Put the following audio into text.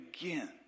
again